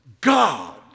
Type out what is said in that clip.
God